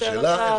השאלה איך